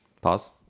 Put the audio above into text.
Pause